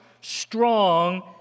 strong